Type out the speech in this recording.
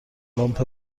لامپ